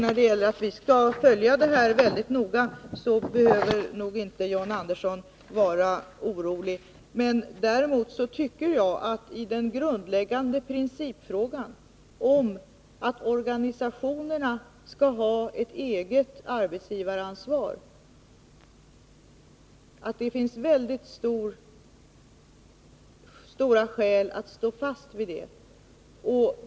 När det gäller att följa denna 103 fråga väldigt noga behöver John Andersson alltså inte vara orolig. Däremot tycker jag att det i den grundläggande principfrågan, att organisationerna skall ha ett eget arbetsgivaransvar, finns väldigt starka skäl att stå fast vid detta.